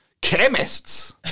Chemists